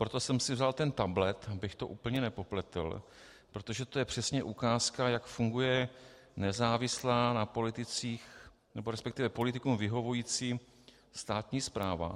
Proto jsem si vzal ten tablet, abych to úplně nepopletl, protože to je přesně ukázka, jak funguje nezávislá na politicích, resp. politikům vyhovující státní správa...